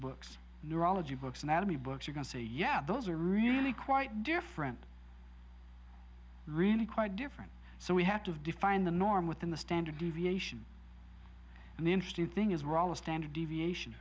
books neurology books anatomy books you can see yeah those are really quite different really quite different so we have to define the norm within the standard deviation and the interesting thing is we're all a standard deviation